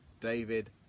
David